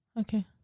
Okay